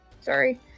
Sorry